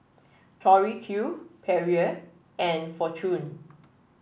Tori Q Perrier and Fortune